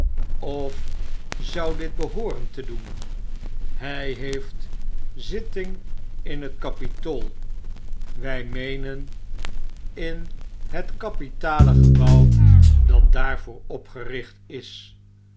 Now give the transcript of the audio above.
of zou dit behooren te doen hg heeft zitting in het kapitool wtj meenen in het kapitale gebouw dat daarvoor opgericht is